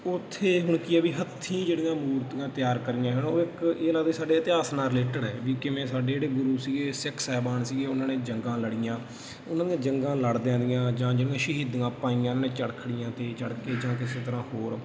ਉੱਥੇ ਹੁਣ ਕੀ ਹੈ ਵੀ ਹੱਥੀਂ ਜਿਹੜੀਆਂ ਮੂਰਤੀਆਂ ਤਿਆਰ ਕਰੀਆਂ ਹੈ ਨਾ ਉਹ ਇੱਕ ਇਹ ਲੱਗਦਾ ਸਾਡੇ ਇਤਿਹਾਸ ਨਾਲ ਰਿਲੇਟਡ ਹੈ ਵੀ ਕਿਵੇਂ ਸਾਡੇ ਜਿਹੜੇ ਗੁਰੂ ਸੀਗੇ ਸਿੱਖ ਸਾਹਿਬਾਨ ਸੀਗੇ ਉਹਨਾਂ ਨੇ ਜੰਗਾਂ ਲੜੀਆਂ ਉਹਨਾਂ ਦੀਆਂ ਜੰਗਾਂ ਲੜਦਿਆਂ ਦੀਆਂ ਜਾਂ ਜਿਹੜੀਆਂ ਸ਼ਹੀਦੀਆਂ ਪਾਈਆਂ ਨੇ ਚੜਖੜੀਆ 'ਤੇ ਚੜ੍ਹ ਕੇ ਜਾਂ ਕਿਸੇ ਤਰ੍ਹਾਂ ਹੋਰ